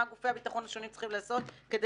מה גופי הביטחון השונים צריכים לעשות כדי